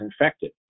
infected